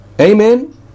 amen